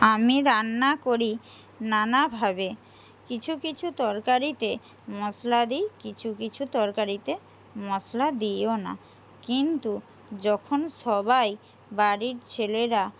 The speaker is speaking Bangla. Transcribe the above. আমি রান্না করি নানাভাবে কিছু কিছু তরকারিতে মশলা দিই কিছু কিছু তরকারিতে মশলা দিইও না কিন্তু যখন সবাই বাড়ির ছেলেরা